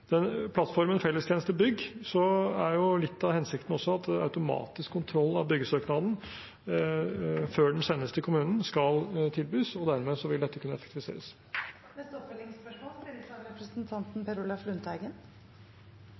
plattformen Fellestjenester BYGG er litt av hensikten også at automatisk kontroll av byggesøknaden før den sendes til kommunen, skal tilbys, og dermed vil dette kunne effektiviseres. Per Olaf Lundteigen – til oppfølgingsspørsmål.